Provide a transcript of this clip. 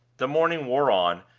the morning wore on,